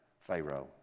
pharaoh